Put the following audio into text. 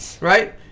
right